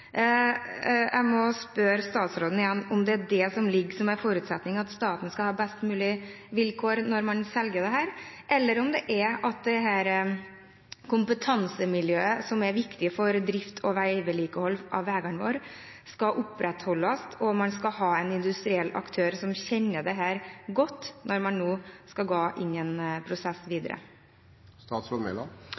Jeg må spørre statsråden igjen om det er det som ligger som en forutsetning, at staten skal ha best mulige vilkår når man selger dette, eller om det er slik at det kompetansemiljøet som er viktig for drift og vedlikehold av veiene våre, skal opprettholdes, og at man skal ha en industriell aktør som kjenner dette godt, når man nå skal gå inn i en prosess